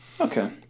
Okay